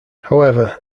however